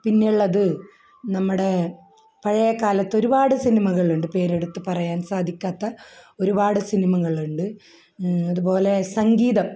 പിന്നെ ഉള്ളത് നമ്മുടെ പഴയകാലത്ത് ഒരുപാട് സിനിമകളുണ്ട് പേര് എടുത്തുപറയാൻ സാധിക്കാത്ത ഒരുപാട് സിനിമകളുണ്ട് അതുപോലെ സംഗീതം